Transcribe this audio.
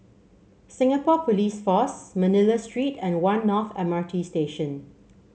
Singapore Police Force Manila Street and One North M R T Station